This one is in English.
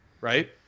Right